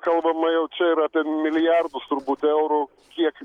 kalbama jau čia ir apie milijardus turbūt eurų kiek